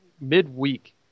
midweek